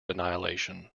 annihilation